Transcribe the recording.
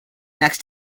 next